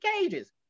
cages